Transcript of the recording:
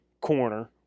corner